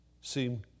seem